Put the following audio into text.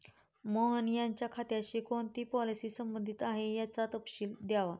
मोहन यांच्या खात्याशी कोणती पॉलिसी संबंधित आहे, याचा तपशील द्यावा